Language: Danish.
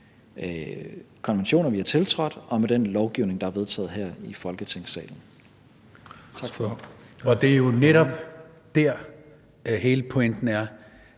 konventioner, vi har tiltrådt, og med den lovgivning, der er vedtaget her i Folketingssalen. Kl. 16:11 Den fg. formand (Christian